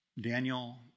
Daniel